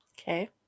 Okay